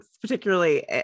Particularly